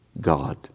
God